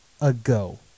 ago